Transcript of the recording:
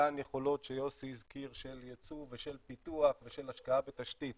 אותן יכולות שיוסי הזכיר של יצוא ושל פיתוח ושל השקעה בתשתית